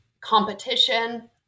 competition